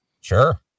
Sure